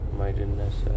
mightiness